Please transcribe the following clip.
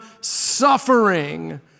suffering